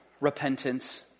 repentance